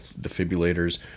defibrillators